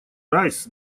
райс